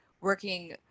working